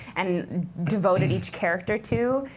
and devoted each character to,